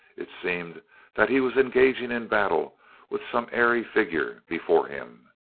it seemed that he was engaging in battle with some airy figure before him.